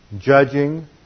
judging